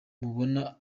mubona